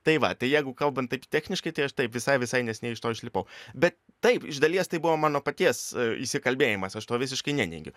tai va tai jeigu kalban taip techniškai tai aš taip visai visai neseniai iš to išlipau be taip iš dalies tai buvo mano paties įsikalbėjimas aš to visiškai neneigiu